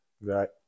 Right